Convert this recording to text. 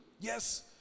Yes